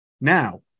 now